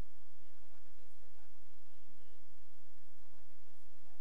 ולא סתם העמידה ההסתדרות